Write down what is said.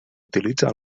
utilitza